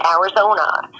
Arizona